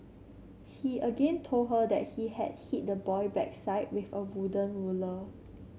he again told her that he had hit the boy backside with a wooden ruler